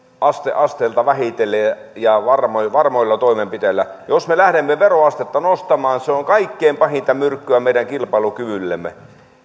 aste asteelta vähitellen ja varmoilla varmoilla toimenpiteillä jos me lähdemme veroastetta nostamaan se on kaikkein pahinta myrkkyä meidän kilpailukyvyllemme